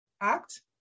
act